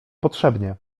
potrzebnie